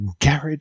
garage